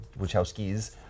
Wachowskis